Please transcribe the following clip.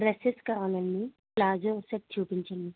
dresses కావాలి అండి palazzo ఒకసారి చూపించండి